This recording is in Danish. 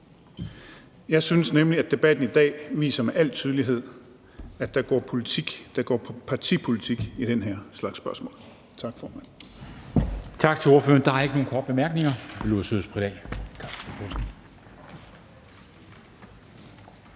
Jeg synes nemlig, at debatten i dag med al tydelighed viser, at der går politik, der går partipolitik i den her slags spørgsmål. Tak, formand.